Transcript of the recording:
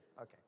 Okay